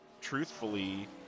truthfully